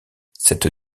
cette